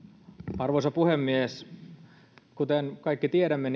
arvoisa puhemies kuten kaikki tiedämme